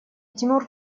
тимур